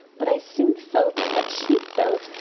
but i soon felt that she felt,